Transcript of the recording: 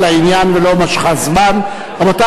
העניין של התקציב הדו-שנתי הפך גם לשיטה